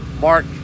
Mark